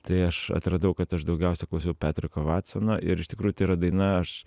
tai aš atradau kad aš daugiausiai klausiau petriko vatsono ir iš tikrųjų tai yra daina aš